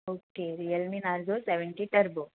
okay Realme Narzo seventy turbo